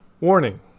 Warning